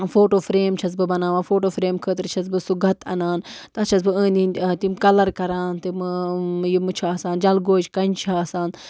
photo frame چھَس بہٕ بناوان فوٹو فرٛیم خٲطرٕ چھَس بہٕ سُہ گَتہٕ اَنان تَتھ چھَس بہٕ أنٛدۍ أنٛدۍ تِم کَلَر کران تِمہٕ یِمہٕ چھِ آسان جَلگوجہِ کَنٛجہِ چھِ آسان